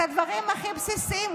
את הדברים הכי בסיסיים.